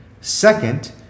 Second